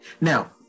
Now